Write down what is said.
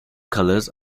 colors